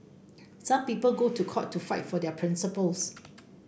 some people go to court to fight for their principles